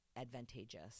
advantageous